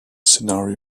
scenario